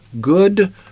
good